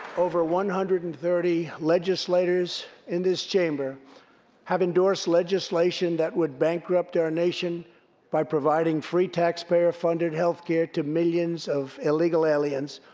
over one hundred and thirty legislators in this chamber have endorsed legislation that would bankrupt our nation by providing free taxpayer-funded healthcare to millions of illegal aliens,